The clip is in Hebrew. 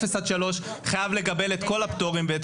אפס עד שלוש חייב לקבל את כל הפטורים ואת